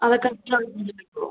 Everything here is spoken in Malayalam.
അതൊക്കെ കഴിഞ്ഞിട്ട് നിൽക്കുവോ